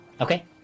Okay